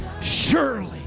Surely